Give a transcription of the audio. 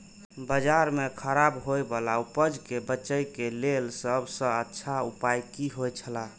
बाजार में खराब होय वाला उपज के बेचे के लेल सब सॉ अच्छा उपाय की होयत छला?